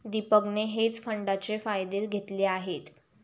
दीपकने हेज फंडाचे फायदे घेतले आहेत